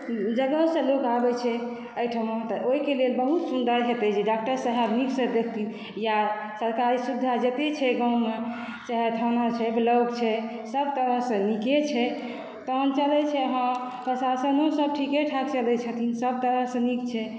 जगहो सँ लोक आबै छै एहिठमा तऽ ओहिके लेल बहुत सुन्दर हेतै जे डाक्टर सहएब नीकसँ देखथिन या सरकारी सुविधा जते छै गाँवमे चाहे थाना छै ब्लॉक छै सब तरहसँ नीके छै तहन चलै छै हँ प्रशासनो सब ठीके ठाक चलै छथिन सब तरहसँ नीक छै